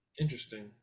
interesting